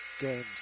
games